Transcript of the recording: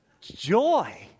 Joy